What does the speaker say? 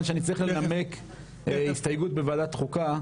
שאני צריך לנמק הסתייגות בוועדת החוקה.